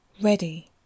ready